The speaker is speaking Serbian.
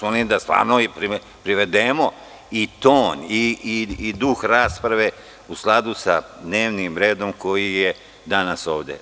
Molim vas da privedemo i ton i duh rasprave u skladu sa dnevnim redom koji je danas ovde.